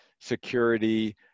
security